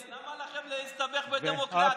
למה לכם להסתבך בדמוקרטיה?